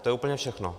To je úplně všechno.